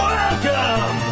Welcome